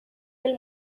del